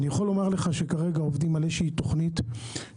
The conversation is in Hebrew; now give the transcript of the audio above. אני יכול לומר לך שכרגע עובדים על איזושהי תוכנית טכנולוגית,